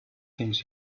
things